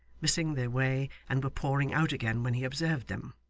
missing their way, and were pouring out again when he observed them.